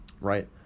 right